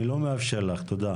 כן, אבל --- אני לא מאפשר לך, תודה.